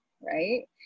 right